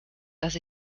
dass